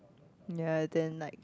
ye then like